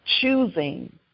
choosing